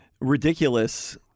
ridiculous